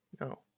No